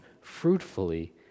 fruitfully